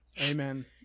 Amen